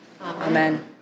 Amen